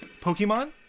Pokemon